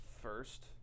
first